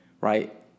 right